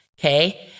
okay